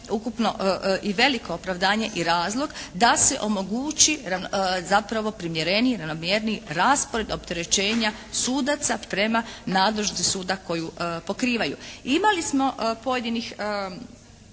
ukupno i veliko opravdanje i razlog da se omogući zapravo primjereniji i ravnomjerniji raspored opterećenja sudaca prema nadležnosti suda koju pokrivaju. Imali smo pojedinih